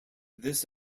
this